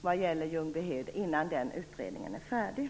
vad gäller Ljungbyhed innan den utredningen är färdig.